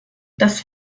das